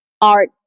art